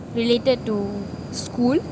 related to school